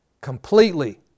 Completely